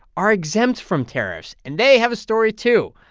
are exempt from tariffs, and they have a story, too.